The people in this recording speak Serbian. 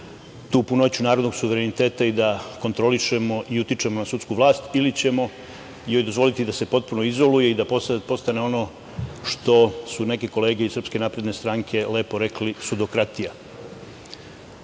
tu punoću narodnog suvereniteta i da kontrolišemo i utičemo na sudsku vlast ili ćemo joj dozvoliti da se potpuno izoluje i da postane ono što su neke kolege iz SNS lepo rekle – sudokratija. Ovaj